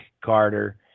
Carter